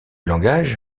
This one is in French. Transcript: langage